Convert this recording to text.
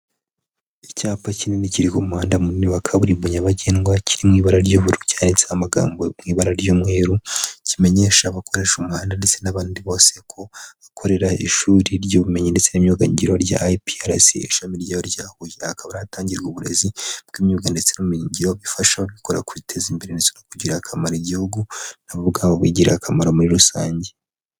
Icyapa kinini kiriho umuhanda munini wa kaburimbo nyabagendwa, kiri mu ibara ry'ubururu cyatseho amagambo mu ibara ry'umweru, kimenyesha abakoresha umuhanda ndetse n'abandi bose ko hakorera ishuri ry'ubumenyi ndetse n'imyuga ngiro rya IPRC ishami ryayo rya Huye, akaba ari ahatangirwa uburezi bw'imyuga ndetse n'ubumenyi ngiro bifasha, gukora kwiteza imbere ndetse no kugirira akamaro igihugu na bo ubwabo bigirira akamaro muri rusange.